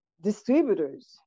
distributors